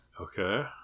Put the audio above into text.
okay